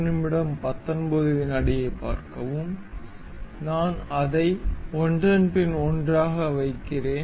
நான் அதை ஒன்றன்பின் ஒன்றாக வைக்கிறேன்